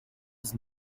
his